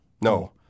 No